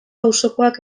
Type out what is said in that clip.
auzokoak